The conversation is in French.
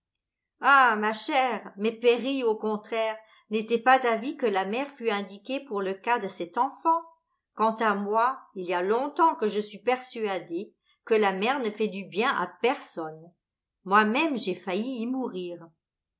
ah ma chère mais perry au contraire n'était pas d'avis que la mer fût indiquée pour le cas de cette enfant quant à moi il y a longtemps que je suis persuadé que la mer ne fait du bien à personne moi-même j'ai failli y mourir